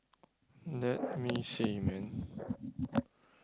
let me see man